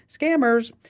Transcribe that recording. Scammers